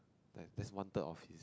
like just one third of his